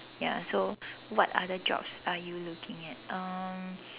ya so what other jobs are you looking at um